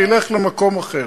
ילך למקום אחר.